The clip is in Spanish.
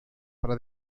para